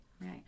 Right